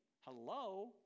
Hello